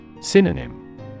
Synonym